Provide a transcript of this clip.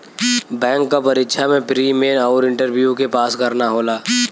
bank क परीक्षा में प्री, मेन आउर इंटरव्यू के पास करना होला